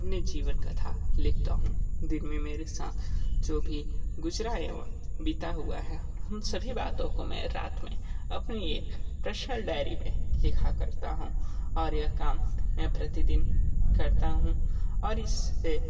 अपनी जीवन कथा लिखता हूँ दिन में मेरे साथ जो भी गुजरा एवं बीता हुआ है उन सभी बातों को मैं रात में अपनी एक पर्शनल डायरी में लिखा करता हूँ और यह काम मैं प्रतिदिन करता हूँ और इससे